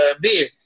beer